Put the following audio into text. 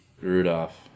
Rudolph